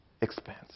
expense